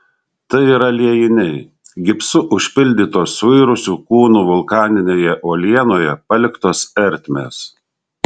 tai yra liejiniai gipsu užpildytos suirusių kūnų vulkaninėje uolienoje paliktos ertmės